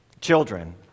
children